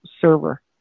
server